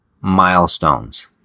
milestones